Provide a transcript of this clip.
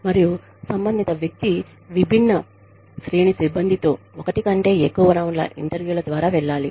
మరియు సంబంధిత వ్యక్తి విభిన్న శ్రేణి సిబ్బందితో ఒకటి కంటే ఎక్కువ రౌండ్ల ఇంటర్వ్యూల ద్వారా వెల్లాలి